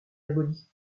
abolie